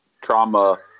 trauma